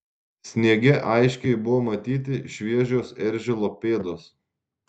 sniege aiškiai buvo matyti šviežios eržilo pėdos